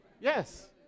Yes